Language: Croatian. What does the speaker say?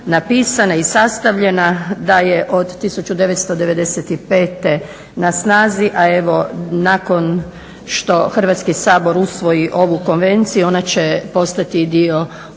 napisana i sastavljena. Da je od 1995. na snazi a evo nakon što Hrvatski sabor usvoji ovu Konvenciju ona će postati dio unutarnjeg